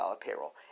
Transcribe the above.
payroll